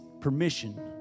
permission